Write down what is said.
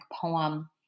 poem